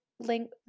link